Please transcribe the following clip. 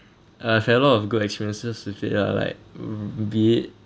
I have a lot of good experiences with it ya like um be it